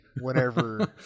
whenever